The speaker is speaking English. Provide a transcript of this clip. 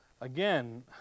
Again